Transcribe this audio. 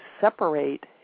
separate